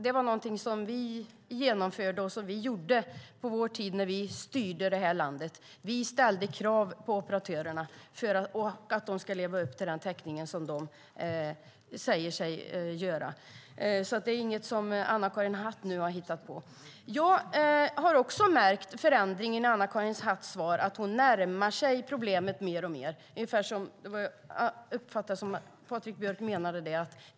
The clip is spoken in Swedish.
Det var någonting som vi genomförde och som vi gjorde på vår tid, när vi styrde det här landet. Vi ställde krav på operatörerna att de skulle leva upp till den täckning som de sade sig ha. Det är alltså inget som Anna-Karin Hatt har hittat på nu. Jag har också märkt förändringen i Anna-Karin Hatts svar. Hon närmar sig problemet mer och mer - jag uppfattade det som att Patrik Björck menade det.